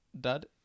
dad